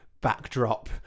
backdrop